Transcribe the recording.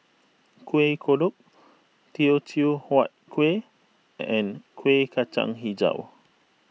Kuih Kodok Teochew Huat Kuih and Kuih Kacang HiJau